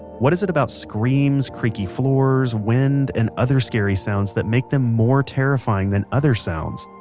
what is it about screams, creaky floors, wind, and other scary sounds that makes them more terrifying than other sounds?